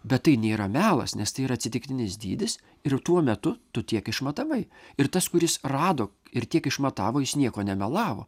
bet tai nėra melas nes tai yra atsitiktinis dydis ir tuo metu tu tiek išmatavai ir tas kuris rado ir tiek išmatavo jis nieko nemelavo